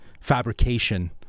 fabrication